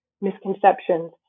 misconceptions